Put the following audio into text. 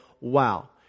wow